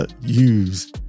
use